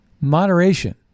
Moderation